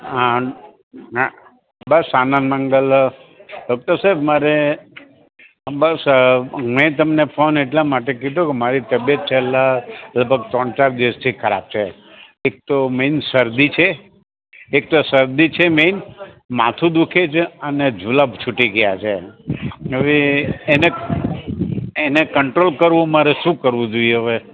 હા ના બસ આનંદમંગલ ડોક્ટર સાહેબ મારે બસ મેં તમને ફોન એટલા માટે કીધો મારી તબિયત છેલ્લા લગભગ ત્રણ ચાર દિવસથી ખરાબ છે એક તો મેઇન શરદી છે એક તો શરદી છે મેઇન માથું દુઃખે છે અને જુલાબ છૂટી ગયા છે ને હવે એને એને કંટ્રોલ કરવું મારે શું કરવું જોઈએ હવે